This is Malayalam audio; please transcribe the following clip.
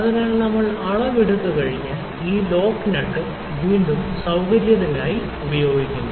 അതിനാൽ നമ്മൾ അളവ് എടുത്തുകഴിഞ്ഞാൽ ഈ ലോക്ക് നട്ട് വീണ്ടും സൌകര്യത്തിനായി ഉപയോഗിക്കുന്നു